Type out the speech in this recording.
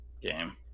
game